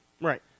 Right